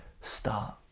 start